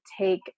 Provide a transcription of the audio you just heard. take